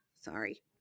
Sorry